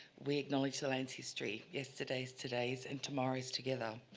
we acknowledge the land's history. yesterday, today and tomorrow's together,